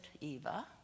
Eva